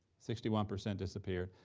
sixty one percent disappeared,